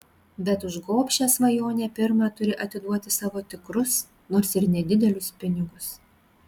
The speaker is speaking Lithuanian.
bet už gobšią svajonę pirma turi atiduoti savo tikrus nors ir nedidelius pinigus